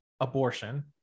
abortion